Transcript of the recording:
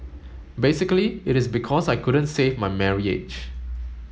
basically it is because I couldn't save my marriage